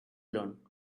learn